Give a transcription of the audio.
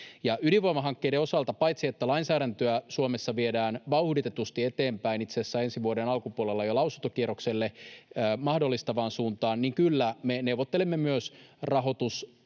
Ydinvoimahankkeiden osalta, paitsi että lainsäädäntöä Suomessa viedään vauhditetusti eteenpäin, itse asiassa ensi vuoden alkupuolella jo lausuntokierrokselle mahdollistavaan suuntaan — kyllä, me neuvottelemme myös